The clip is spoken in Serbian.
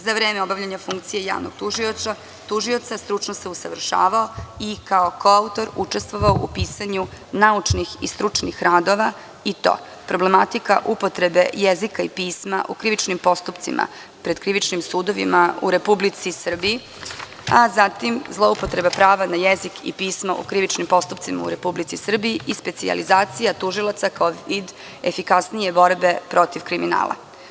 Za vreme obavljanja funkcije javnog tužioca stručno se usavršavao i kao koautor učestvovao u pisanju naučnih i stručnih radova, i to: Problematika upotrebe jezika i pisma u krivičnim postupcima pred krivičnim sudovima u Republici Srbiji, a zatim Zloupotreba prava na jezik i pismo u krivičnim postupcima u Republici Srbiji i specijalizacija tužilaca kao vid efikasnije borbe protiv kriminala.